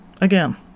Again